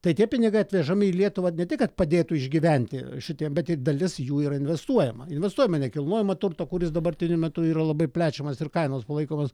tai tie pinigai atvežami į lietuvą ne tik kad padėtų išgyventi šitie bet dalis jų yra investuojama į visuomenę nekilnojamą turtą kuris dabartiniu metu yra labai plečiamas ir kainos palaikomos